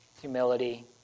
Humility